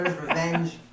Revenge